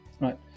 right